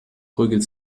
prügelt